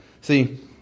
See